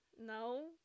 No